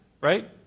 right